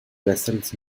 vessels